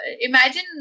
imagine